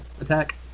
attack